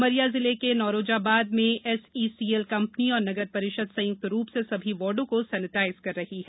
उमरिया जिले के नौरोजाबाद में एसईसीएल कंपनी और नगर परिषद् संयुक्त रूप से सभी वार्डो को सेनेटाइज कर रही हैं